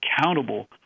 accountable